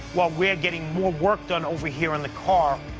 while we're getting more work done over here on the car.